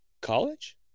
college